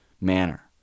manner